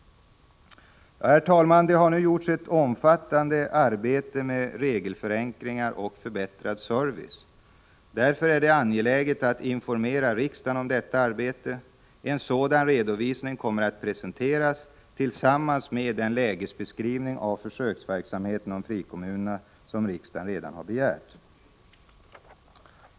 Herr talman! Det har nu gjorts ett omfattande arbete med regelförenklingar och förbättrad service. Därför är det angeläget att informera riksdagen om detta arbete. En sådan redovisning kommer att presenteras tillsammans med den lägesbeskrivning av försöksverksamheten med frikommunerna som riksdagen redan har begärt.